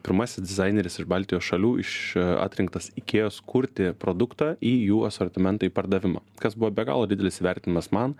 pirmasis dizaineris iš baltijos šalių iš atrinktas ikėjos kurti produktą į jų asortimentą į pardavimą kas buvo be galo didelis įvertinimas man